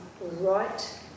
right